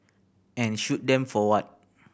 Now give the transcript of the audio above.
and shoot them for what